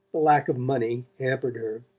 the lack of money hampered her.